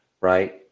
right